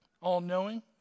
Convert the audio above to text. All-knowing